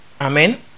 Amen